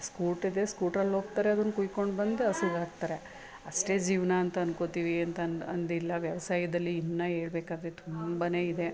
scooter ಇದೆ ಸ್ಕೂಟ್ರಲ್ಲಿ ಹೋಗ್ತಾರೆ ಅದನ್ನ ಕುಯ್ಕೊಂಡು ಬಂದು ಹಸುಗೆ ಹಾಕ್ತಾರೆ ಅಷ್ಟೇ ಜೀವನ ಅಂತ ಅಂದ್ಕೊಳ್ತೀವಿ ಅಂತ ಅಂದು ಅಂದಿಲ್ಲ ವ್ಯವಸಾಯದಲ್ಲಿ ಇನ್ನೂ ಹೇಳ್ಬೇಕಾದ್ರೆ ತುಂಬನೇ ಇದೆ